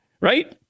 right